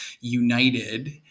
united